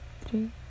three